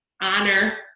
honor